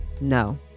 no